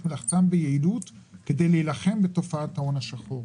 מלאכתם ביעילות כדי להילחם בתופעת ההון השחור.